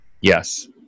Yes